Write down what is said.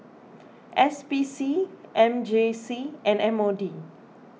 S P C M J C and M O D